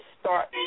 start